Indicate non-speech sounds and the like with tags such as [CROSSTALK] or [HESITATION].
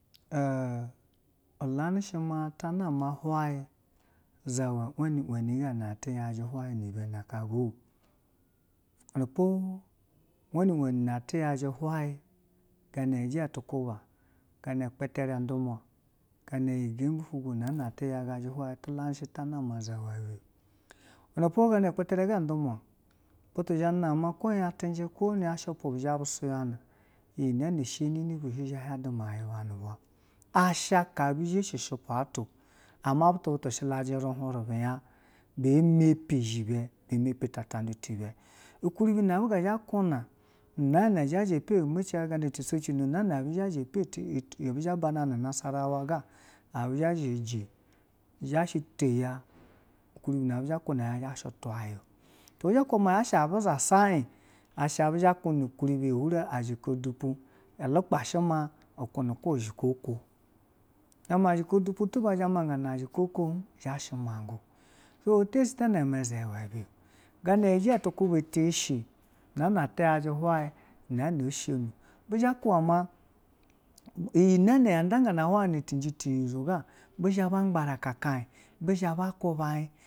[HESITATION] i lani shi ma hwenyi zhawa wenu wenu na atu yaji hweyi gano zhawa wenu wenu na atu yaji hweyi, a gama ija tukuba nu gbetere udumwa kana iyi gembe ofwogo ti lashi ti ma zhawa ibe, iwenepo gana gbetere ga udumwa butu zha na ma cenje ko nu uny ushipwu bi zhe ma bu suyana iyi nana she neni bu i zhe hwan du ma udumwa hin bana ni ba. Ashe ka bu zhe shi ushupwu ato. Ama butu butu shilaji ruhwu re biya mepi u zhe ibe, mepi tuta du ti ibe ukaribu na ibi ga ba kune nana a bu ga zha, ma tiseji no na abi zh bana nasarawa ga, abi zha ba zha ukuribi na abi zha ku na ya abi zha uu asha ba zha ba kuna azika dupu i lugba shi ma o keme ko zika i ko. Name azika dupu tiba zha ma ga zika, iko hin zha shi ma gao ti yari shi nama zha ibe kana ga ti kuba ɛshi nana ati yaji hwayi ina na ishono bi zha ba ma. Iyi na ne ya nda gana hwayi nu cenji ti nyizo ga, bi zha ba gba raka kayi, bi zha ba gba ko bayi.